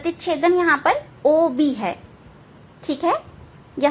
प्रतिच्छेदन OB हैसही